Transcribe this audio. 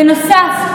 בנוסף,